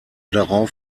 darauf